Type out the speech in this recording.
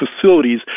facilities